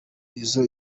izo